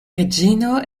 reĝino